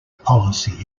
policy